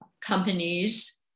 companies